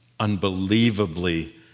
unbelievably